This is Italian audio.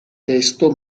testo